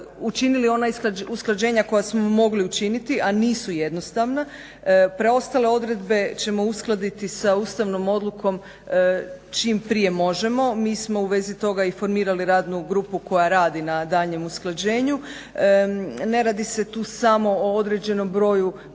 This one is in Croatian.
učinili ona usklađenja koja smo mogli učiniti, a nisu jednostavna. Preostale odredbe ćemo uskladiti sa ustavnom odlukom čim prije možemo. Mi smo u vezi toga i formirali radnu grupu koja radi na daljnjem usklađenju. Ne radi se tu samo o određenom broju preostalih